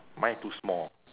mine too small